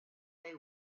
they